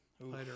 later